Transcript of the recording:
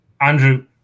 Andrew